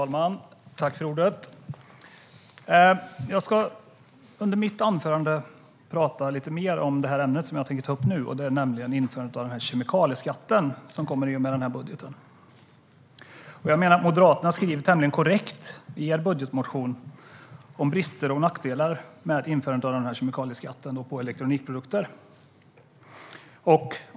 Herr talman! Jag kommer senare i mitt anförande att tala lite mer om det ämne som jag tänker ta upp nu, nämligen införandet av kemikalieskatten som kommer att ske i och med denna budget. Moderaterna skriver tämligen korrekt i sin budgetmotion om brister och nackdelar med införandet av denna kemikalieskatt på elektronikprodukter.